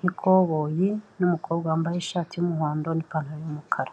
y'ikoboyi n'umukobwa wambaye ishati y'umuhondo n'ipantaro y'umukara.